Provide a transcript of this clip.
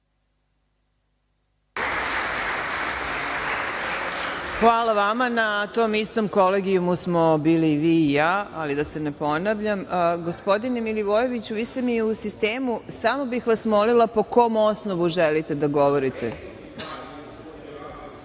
Hvala vama. Na tom istom Kolegijumu smo bili vi i ja, da se ne ponavljam. Gospodine Milivojeviću, vi ste mi u sistemu, samo bih vas molila po kom osnovu želite da govorite.(Srđan